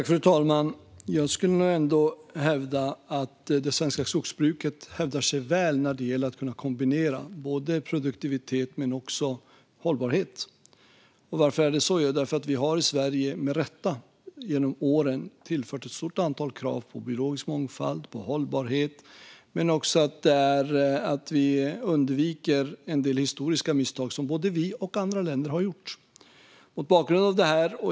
Fru talman! Jag skulle ändå säga att det svenska skogsbruket hävdar sig väl när det gäller att kombinera produktivitet och hållbarhet. Varför är det så? Jo, vi har i Sverige, med rätta, genom åren tillfört ett stort antal krav på biologisk mångfald och hållbarhet, och vi undviker också en del misstag som både vi och andra länder har gjort historiskt sett.